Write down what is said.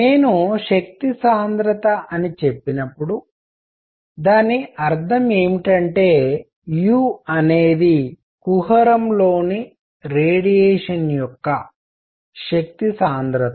నేను శక్తి సాంద్రత అని చెప్పినప్పుడు దాని అర్థం ఏమిటంటే u అనేది కుహరంలోని రేడియేషన్ యొక్క శక్తి సాంద్రత